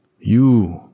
you